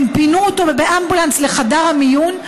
הם פינו אותו באמבולנס לחדר המיון,